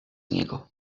niego